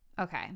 okay